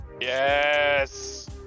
Yes